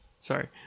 Sorry